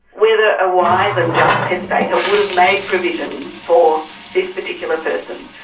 whether a wise and just testator would have made provision for this particular person,